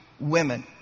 women